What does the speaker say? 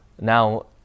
Now